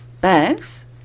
bags